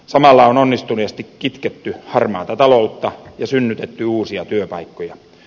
samalla on onnistuneesti kitketty harmaata taloutta ja synnytetty uusia työpaikkoja